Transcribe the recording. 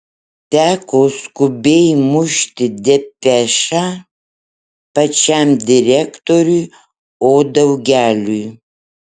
teko skubiai mušti depešą pačiam direktoriui o daugeliui